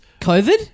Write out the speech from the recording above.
COVID